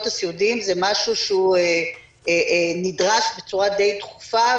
הסיעודיים זה משהו שהוא נדרש בצורה די דחופה,